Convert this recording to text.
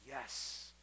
yes